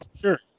sure